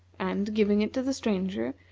and, giving it to the stranger,